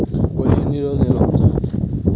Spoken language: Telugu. వరి ఎన్ని రోజులు నిల్వ ఉంచాలి?